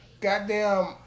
goddamn